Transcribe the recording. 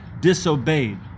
disobeyed